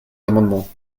amendements